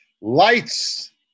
Lights